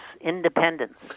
independence